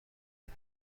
دود